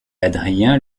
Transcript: adrien